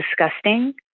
disgusting